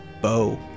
Bo